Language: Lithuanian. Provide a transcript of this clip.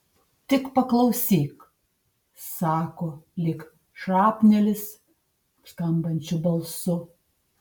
tik paklausyk sako lyg šrapnelis skambančiu balsu